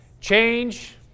change